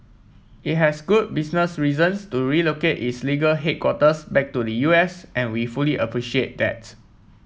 it has good business reasons to relocate its legal headquarters back to the U S and we fully appreciate that